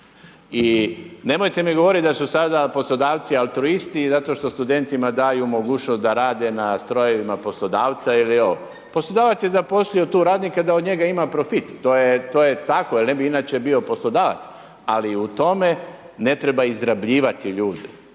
I nemojte mi govoriti da su sada poslodavci altruisti zato što studentima daju mogućnost da rade na strojevima poslodavca .../Govornik se ne razumije./... poslodavac je zaposlio tu radnike da od njega ima profit, to je tako jer ne bi inače bio poslodavac ali u tome ne treba izrabljivati ljude,